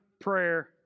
prayer